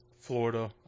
florida